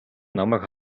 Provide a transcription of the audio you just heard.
намайг